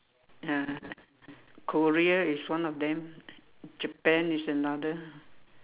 ya Korea is one of them Japan is another